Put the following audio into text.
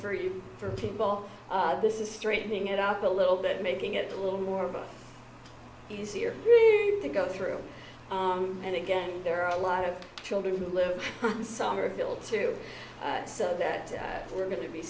you for people this is straightening it up a little bit making it a little more easier to go through and again there are a lot of children who live in somerville too so that we're going to be